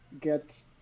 get